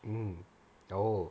mm oh